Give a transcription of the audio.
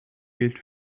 gilt